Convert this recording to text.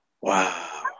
Wow